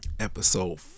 episode